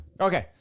Okay